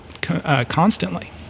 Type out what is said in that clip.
constantly